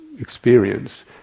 experience